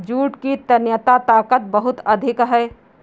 jute की तन्यता ताकत बहुत अधिक है